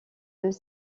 deux